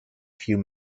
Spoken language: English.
few